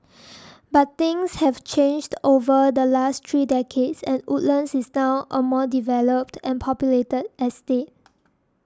but things have changed over the last three decades and Woodlands is now a more developed and populated estate